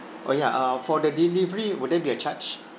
oh ya uh for the delivery would there be a charge